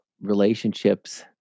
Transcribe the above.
relationships